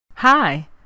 Hi